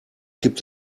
gibt